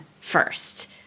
first